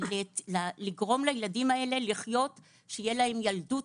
לגרום לילדים האלה שתהיה להם ילדות